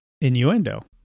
innuendo